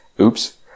Oops